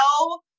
no